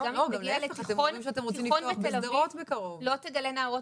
וגם אם תגיע לתיכון בתל אביב אתה לא תגלה נערות